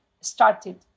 started